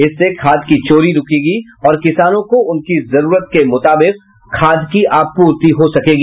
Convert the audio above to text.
इससे खाद की चोरी रूकेगी और किसानों को उनकी जरूरत के मुताबिक खाद की आपूर्ति हो सकेगी